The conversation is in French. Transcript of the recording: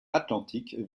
atlantic